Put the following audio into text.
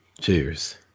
Cheers